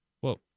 Whoa